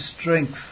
strength